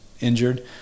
injured